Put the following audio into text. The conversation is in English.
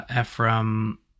Ephraim